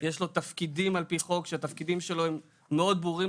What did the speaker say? יש לו תפקידים על פי חוק שהתפקידים שלו הם מאוד ברורים,